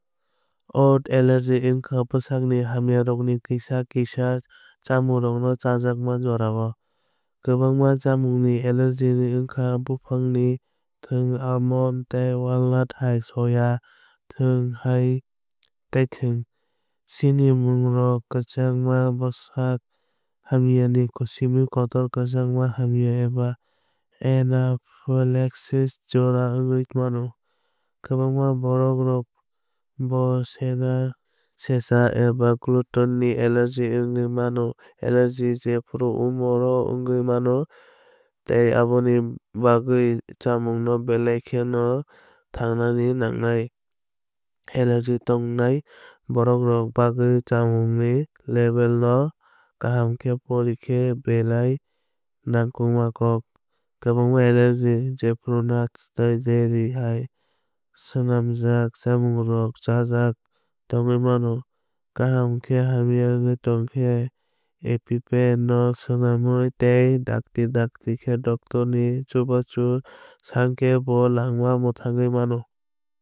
Odd allergy wngkha bwsakni hamyaroknw kisa kisa chamungrokno chajakma jorao. Kwbangma chamungni allergy ni wngkha buphangni thwng almond tei walnut hai soya thwng ha tei thwng. Sinimungrok kwchangma bwsak hamya ni simi kotor kwchangma hamya eba anaphylaxis jora wngwi mano. Kwbangma borok rokbo sesa eba gluten ni allergy wngwi mano. Allergy jefru umor o wngwi mano tei aboni bagwi chamung no belai kheno thangnani nangnai. Allergy tongnai borok rokni bagwi chamungni label no kaham khe porikhe belai nangkukmani kok. Kwbangma allergy jephru nuts tei dairy hai swnamjak chamungrogo chukjak tongwi mano. Kaham khe hamya wngwi thangkhe epipen no swnamwi tei dakti dakti khe doctor ni chubachu sankhe bo langma mwthangwi mano.